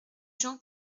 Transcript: jean